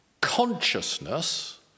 consciousness